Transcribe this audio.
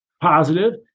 positive